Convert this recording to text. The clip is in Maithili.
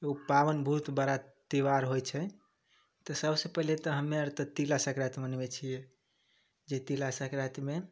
बावनगो पाबनि त्योहार होइ छै तऽ सबसे पहिले तऽ हमे आर तऽ तिला सन्क्राति मनबै छिए जे तिला सन्क्रातिमे